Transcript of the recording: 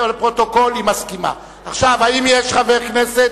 אבל גם להם אמרתי שהם חייבים,